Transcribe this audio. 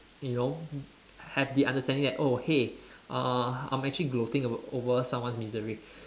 you know have the understanding like oh hey uh I'm actually gloating over over someone's misery